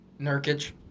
Nurkic